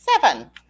seven